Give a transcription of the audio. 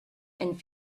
and